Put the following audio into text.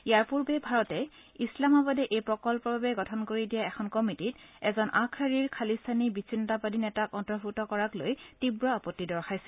ইয়াৰ পূৰ্বে ভাৰতে ইছলামাবাদে এই প্ৰকল্পৰ বাবে গঠন কৰি দিয়া এখন কমিটিত এজন আগশাৰীৰ খালিস্তানী বিচ্চিন্নতাবাদী নেতাক অন্তৰ্ভূক্ত কৰাক লৈ তীৱ আপত্তি দৰ্শইছিল